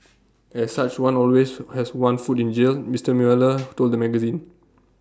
as such one always has one foot in jail Mister Mueller told the magazine